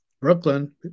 Brooklyn